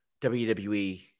WWE